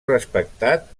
respectat